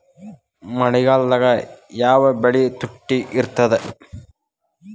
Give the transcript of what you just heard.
ಮಳೆಗಾಲದಾಗ ಯಾವ ಬೆಳಿ ತುಟ್ಟಿ ಇರ್ತದ?